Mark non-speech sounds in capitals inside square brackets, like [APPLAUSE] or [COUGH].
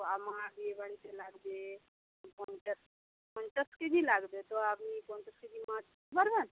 আমার বিয়েবাড়িতে লাগবে পঞ্চাশ পঞ্চাশ কেজি লাগবে তো আপনি পঞ্চাশ কেজি মাছ [UNINTELLIGIBLE] পারবেন